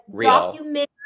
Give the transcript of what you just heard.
documentary